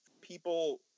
people